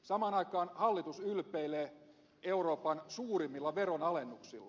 samaan aikaan hallitus ylpeilee euroopan suurimmilla veronalennuksilla